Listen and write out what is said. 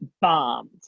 bombed